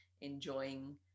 enjoying